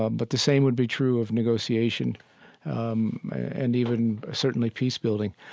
ah but the same would be true of negotiation um and even certainly peace-building.